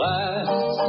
Last